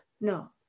No